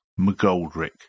McGoldrick